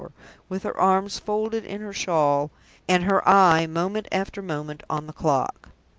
with her arms folded in her shawl and her eye moment after moment on the clock.